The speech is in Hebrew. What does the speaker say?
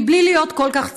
בלי להיות כל כך צבוע.